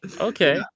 Okay